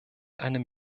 einem